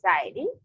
anxiety